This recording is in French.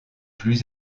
plus